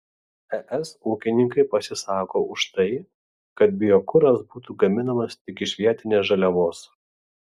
es ūkininkai pasisako už tai kad biokuras būtų gaminamas tik iš vietinės žaliavos